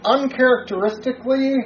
Uncharacteristically